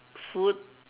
food